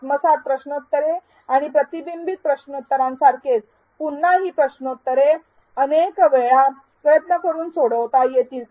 आत्मसात प्रश्नोत्तरे आणि प्रतिबिंब प्रश्नोत्तरांसारखेच पुन्हा ही प्रश्नोत्तरे अनेक वेळा प्रयत्न करून सोडवता येतील